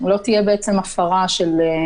אני לא מבין למה צריך את כל התקנות